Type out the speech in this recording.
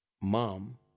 mom